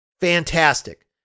Fantastic